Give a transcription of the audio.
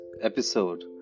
episode